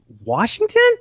Washington